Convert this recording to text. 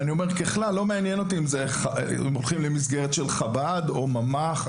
מעניין אותי אם הם הולכים למסגרת של חב"ד או ממ"ח.